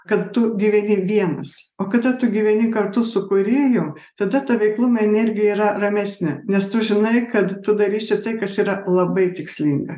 kad tu gyveni vienas o kada tu gyveni kartu su kūrėju tada ta veiklumo energija yra ramesnė nes tu žinai kad tu darysi tai kas yra labai tikslinga